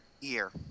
year